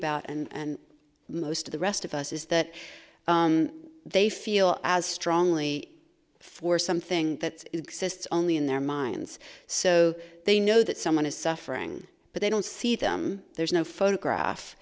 about and most of the rest of us is that they feel as strongly for something that exists only in their minds so they know that someone is suffering but they don't see them there's no photograph